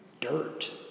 Dirt